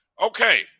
Okay